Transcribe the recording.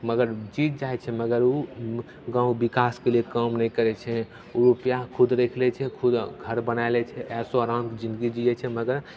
मगर जीत जाइ छै मगर ओ गाँव विकासके लिए काम नहि करै छै ओ रुपैआ खुद राखि लै छै खुद घर बनाए लै छै ऐशो आराम जिन्दगी जियै छै मगर